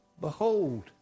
Behold